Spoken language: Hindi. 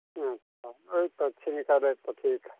अच्छा यह तो ठीक है रेट तो ठीक है